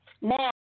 now